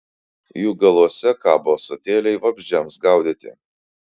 jų galuose kabo ąsotėliai vabzdžiams gaudyti